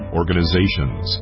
organizations